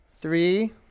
Three